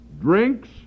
drinks